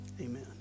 Amen